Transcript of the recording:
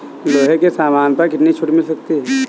लोहे के सामान पर कितनी छूट मिल सकती है